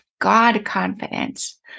God-confidence